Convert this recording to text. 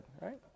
right